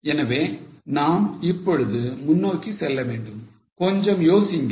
எனவே நாம் இப்பொழுது முன்னோக்கி செல்ல வேண்டும் கொஞ்சம் யோசிங்க